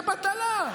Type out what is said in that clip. זה בטלה.